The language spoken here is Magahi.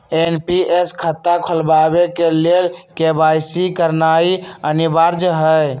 एन.पी.एस खता खोलबाबे के लेल के.वाई.सी करनाइ अनिवार्ज हइ